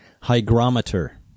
hygrometer